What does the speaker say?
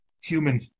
human